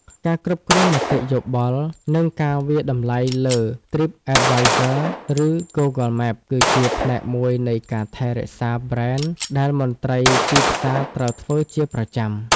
ការគ្រប់គ្រងមតិយោបល់ និងការវាយតម្លៃលើ TripAdvisor ឬ Google Maps គឺជាផ្នែកមួយនៃការថែរក្សាប្រេនដែលមន្ត្រីទីផ្សារត្រូវធ្វើជាប្រចាំ។